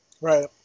Right